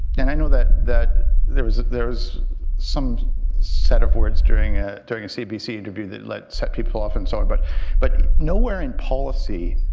and i know that that there is there is some set of words during ah during a cbc interview that led. set people off and so on, but but nowhere in policy,